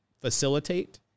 facilitate